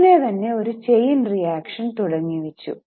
ഉടനെ ഒരു chain reaction തുടങ്ങി വച്ചു